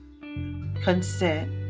Consent